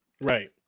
Right